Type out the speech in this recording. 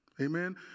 Amen